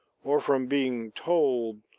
or from being told,